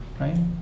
right